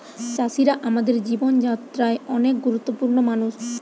চাষিরা আমাদের জীবন যাত্রায় অনেক গুরুত্বপূর্ণ মানুষ